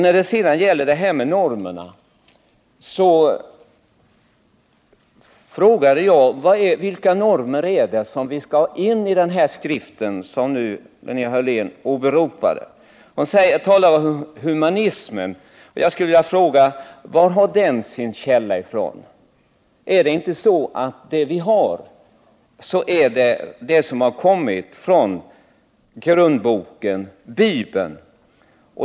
När det sedan gäller normerna frågade jag: Vilka normer är det vi skall ha in i den skrift som nu Linnea Hörlén åberopar? Hon talar om humanismen, och jag skulle vilja fråga: Var har den sin källa? Är det inte så att det vi nu har, det har kommit från grundboken, Bibeln?